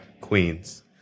Queens